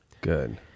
Good